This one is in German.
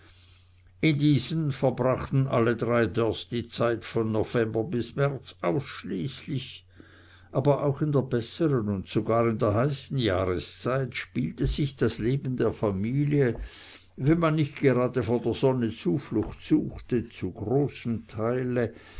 in diesen verbrachten alle drei dörrs die zeit von november bis märz ausschließlich aber auch in der besseren und sogar in der heißen jahreszeit spielte sich das leben der familie wenn man nicht gerade vor der sonne zuflucht suchte zu großem teile